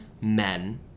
men